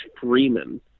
Freeman